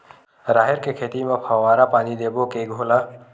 राहेर के खेती म फवारा पानी देबो के घोला?